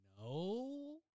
No